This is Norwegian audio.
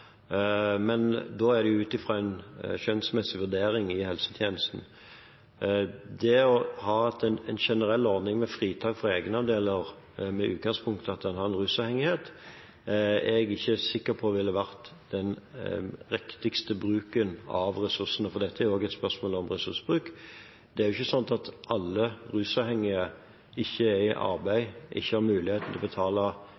Men da er det ut ifra en skjønnsmessig vurdering i helsetjenesten. Å ha en generell ordning med fritak for egenandeler med utgangspunkt i at en har en rusavhengighet, er jeg ikke sikker på at ville vært den riktigste bruken av ressursene, for dette er jo også et spørsmål om ressursbruk. Det er ikke sånn at alle rusavhengige ikke er i